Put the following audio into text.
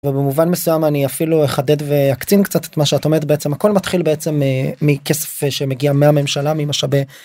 במובן מסוים אני אפילו אחדד וקצין קצת את מה שאת אומרת בעצם הכל מתחיל בעצם מכסף שמגיע מהממשלה ממשאב..